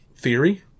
Theory